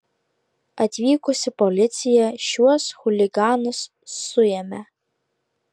atvykusi policija šiuos chuliganus suėmė